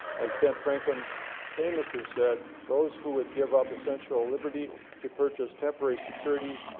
as ben franklin famously said, those who would give up essential liberty to purchase temporary security,